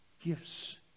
gifts